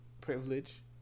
privilege